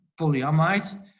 polyamide